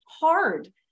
hard